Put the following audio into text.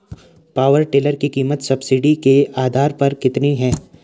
Power tiller की कीमत subsidy के आधार पर कितनी है?